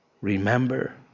remember